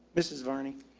mrs varney?